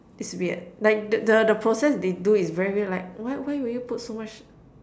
it's weird like the the the process they do is very weird like why why would you put so much